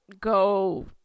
go